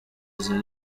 izi